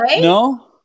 No